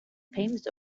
famous